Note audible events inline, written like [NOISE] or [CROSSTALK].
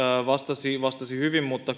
vastasi vastasi hyvin mutta [UNINTELLIGIBLE]